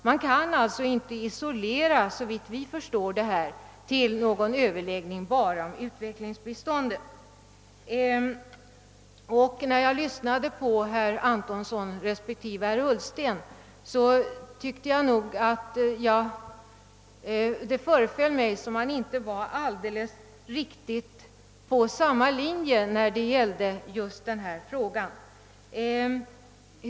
Man kan alltså, såvitt vi förstår, inte isolera sådana överläggningar till att gälla enbart utvecklingsbiståndet. När jag lyssnade till herr Antonsson och till herr Ullsten tyckte jag att det föreföll som om de inte var helt på samma linje i denna fråga.